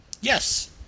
Yes